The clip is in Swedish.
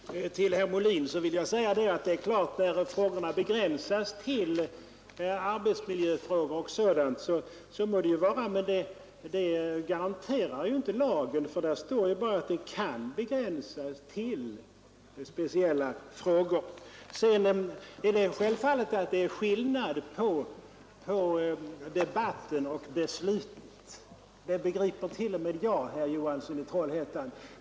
Herr talman! Till herr Molin vill jag säga att frågorna naturligtvis kan begränsas till arbetsmiljöfrågor och sådant, men lagen garanterar inte detta. Där står bara att det kan begränsas till speciella frågor. Det är självfallet skillnad på debatten och beslutet — det begriper t.o.m. jag, herr Johansson i Trollhättan.